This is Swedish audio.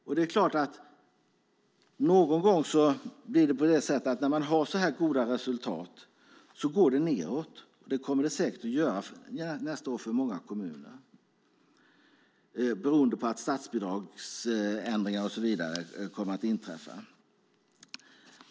När man har så goda resultat är det klart att det någon gång går nedåt, och det kommer det säkert att göra nästa år för många kommuner, beroende på statsbidragsändringar och annat som kommer.